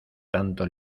tanto